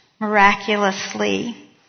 Miraculously